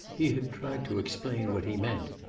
he had tried to explain what he meant.